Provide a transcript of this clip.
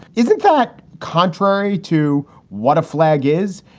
isn't that contrary to what a flag is,